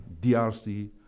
DRC